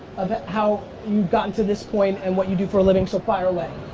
of how you've gotten to this point and what you do for a living. so fire away.